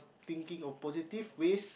thinking of positive ways